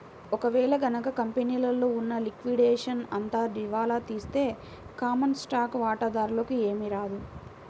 ఒక వేళ గనక కంపెనీలో ఉన్న లిక్విడేషన్ అంతా దివాలా తీస్తే కామన్ స్టాక్ వాటాదారులకి ఏమీ రాదు